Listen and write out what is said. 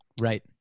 Right